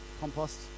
compost